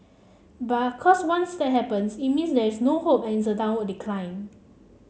but cause once that happens it means there is no hope and it's a downward decline